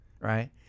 right